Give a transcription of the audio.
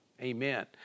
Amen